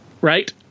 Right